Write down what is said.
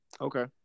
Okay